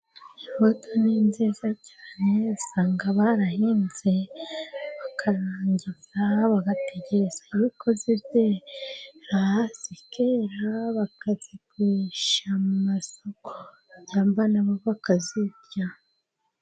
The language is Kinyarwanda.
Dodo ni nziza cyane, usanga barahinze bakarangiza , bagategereza yuko zizera zikera, bakazigurisha mu masoko cyangwa n' abo bakazirya.